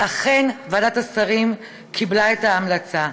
ואכן, ועדת השרים קיבלה את ההמלצה.